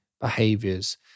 behaviors